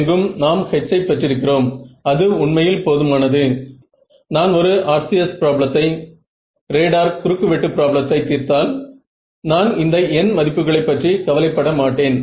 இது 60 இன் அருகிலும் இது 10 இன் அருகிலும் இருப்பதைப் பற்றி கவனமாக இருங்கள்